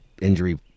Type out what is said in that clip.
injury